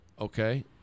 Okay